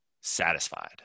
satisfied